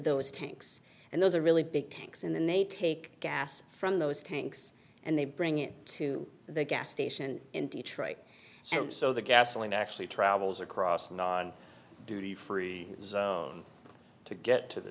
those tanks and those are really big tanks and then they take gas from those tanks and they bring it to the gas station in detroit and so the gasoline actually travels across an on duty free zone to get to the